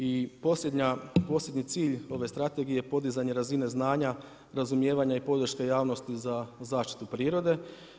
I posljednji cilj ove strategije podizanje razine znanja, razumijevanja i podrška javnosti za zaštitu prirode.